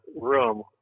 room